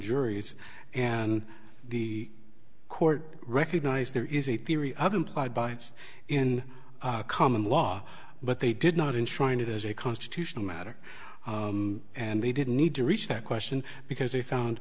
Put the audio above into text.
juries and the court recognized there is a theory of implied bytes in common law but they did not in trying to do is a constitutional matter and they didn't need to reach that question because they found